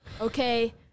Okay